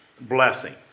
blessing